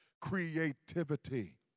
creativity